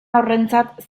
horrentzat